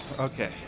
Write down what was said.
Okay